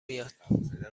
میاد